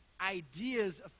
ideas